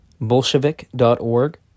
bolshevik.org